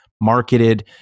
marketed